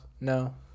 No